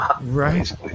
Right